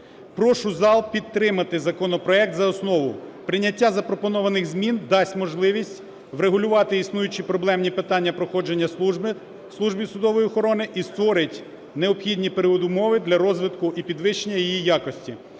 Прошу зал підтримати законопроект за основу. Прийняття запропонованих змін дасть можливість врегулювати існуючі проблемні питання проходження служби в Службі судової охорони і створить необхідні передумови для розвитку і підвищення її якості,